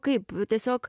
kaip tiesiog